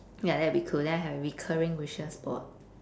ya that'll be cool then I'll have recurring wishes for